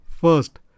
First